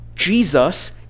Jesus